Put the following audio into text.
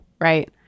right